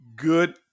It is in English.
good